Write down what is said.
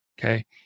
Okay